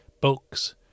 Books